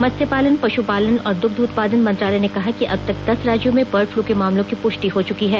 मत्स्य पालन पशुपालन और दुग्ध उत्पादन मंत्रालय ने कहा कि अब तक दस राज्यों में बर्ड फ्लू के मामलों की पुष्टि हो चुकी है